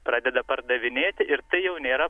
pradeda pardavinėti ir tai jau nėra